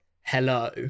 Hello